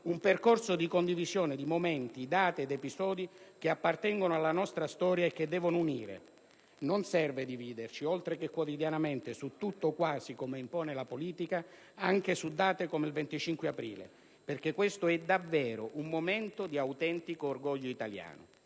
un percorso di condivisione di momenti, date ed episodi che appartengono alla nostra storia e che devono unire. Non serve dividerci, oltre che, quotidianamente, su tutto o quasi, come impone la politica, anche su date come il 25 aprile, perché questo è davvero un momento di autentico orgoglio italiano.